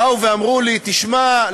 באו ואמרו לי: תשמע,